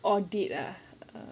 audit ah